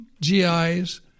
GIs